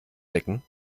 decken